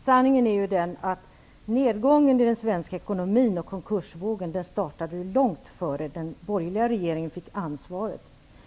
Herr talman! Sanningen är den att nedgången i svensk ekonomi och konkursvågen startade långt innan den borgerliga regeringen fick ansvaret.